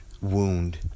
wound